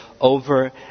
over